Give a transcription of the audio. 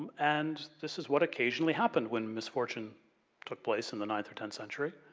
and this is what occasionally happened when misfortune took place in the ninth or tenth century,